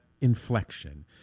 inflection